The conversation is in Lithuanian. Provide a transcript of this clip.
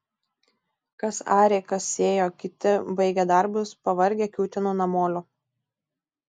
kas arė kas sėjo kiti baigę darbus pavargę kiūtino namolio